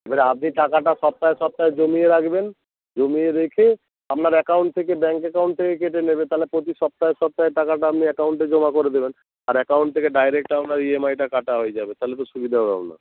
এবারে আপনি টাকাটা সপ্তাহে সপ্তাহে জমিয়ে রাখবেন জমিয়ে রেখে আপনার অ্যাকাউন্ট থেকে ব্যাঙ্ক অ্যাকাউন্ট থেকে কেটে নেবে তাহলে প্রতি সপ্তাহে সপ্তাহে টাকাটা আপনি অ্যাকাউন্টে জমা করে দেবেন আর অ্যাকাউন্ট থেকে ডায়রেক্ট আপনার ই এম আই টা কাটা হয়ে যাবে তাহলে তো সুবিধা হবে আপনার